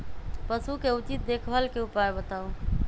पशु के उचित देखभाल के उपाय बताऊ?